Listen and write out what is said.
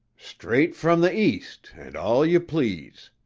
straight from the east and all you please!